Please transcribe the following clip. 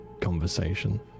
conversation